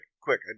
quick